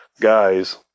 guys